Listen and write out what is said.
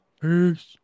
Peace